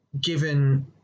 given